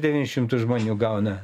devyni šimtus žmonių gauna